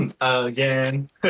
again